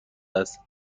است